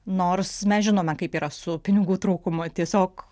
nors mes žinome kaip yra su pinigų trūkumu tiesiog